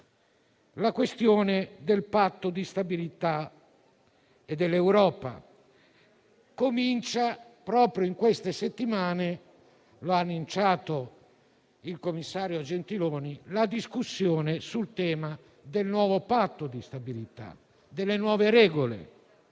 la questione del Patto di stabilità e dell'Europa. Comincia proprio in queste settimane - lo ha annunciato il commissario Gentiloni - la discussione sul tema del nuovo patto di stabilità e delle nuove regole.